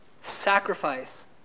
sacrifice